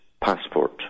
passport